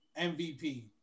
MVP